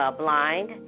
blind